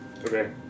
Okay